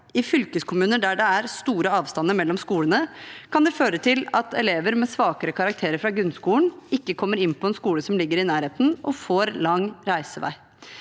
I fylkeskommuner der det er store avstander mellom skolene, kan det føre til at elever med svakere karakterer fra grunnskolen ikke kommer inn på en skole som ligger i nærheten, og får lang reisevei.